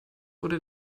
wurde